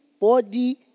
body